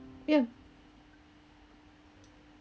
ya